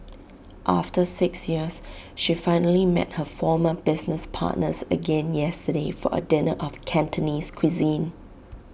after six years she finally met her former business partners again yesterday for A dinner of Cantonese cuisine